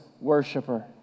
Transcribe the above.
worshiper